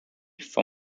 for